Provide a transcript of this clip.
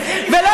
וגרוע